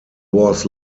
was